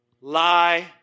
Lie